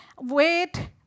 wait